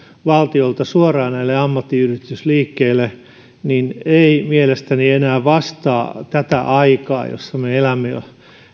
valtiolta suoraan ammattiyhdistysliikkeille ei mielestäni enää vastaa tätä aikaa jossa me elämme jos